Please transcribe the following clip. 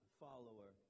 follower